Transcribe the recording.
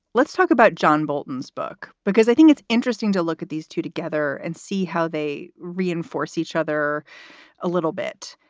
let's talk about john bolton's book, because i think it's interesting to look at these two together and see how they reinforce each other a little bit.